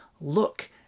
Look